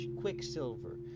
Quicksilver